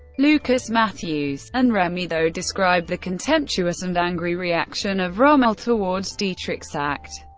lucas, matthews and remy though describe the contemptuous and angry reaction of rommel towards dietrich's act,